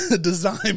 design